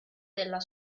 della